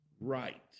right